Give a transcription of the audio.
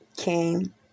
Came